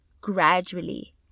gradually